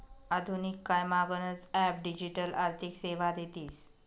आधुनिक कायमा गनच ॲप डिजिटल आर्थिक सेवा देतीस